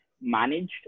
managed